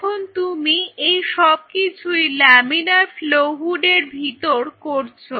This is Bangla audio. এখন তুমি এইসব কিছুই লামিনার ফ্লো হুডের ভিতর করছো